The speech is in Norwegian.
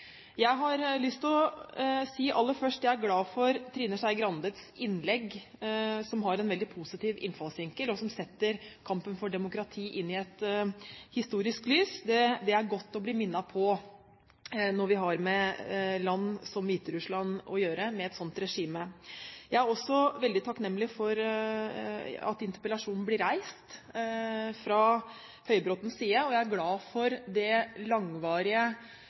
Jeg har lyst til å si aller først at jeg er glad for Trine Skei Grandes innlegg, som har en veldig positiv innfallsvinkel, og som setter kampen for demokrati i et historisk lys. Det er godt å bli minnet på når vi har med land som Hviterussland å gjøre, med et sånt regime. Jeg er også veldig takknemlig for at interpellasjonen blir reist fra Høybråtens side. Og jeg er glad for det langvarige